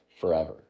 forever